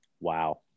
Wow